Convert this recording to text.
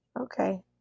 Okay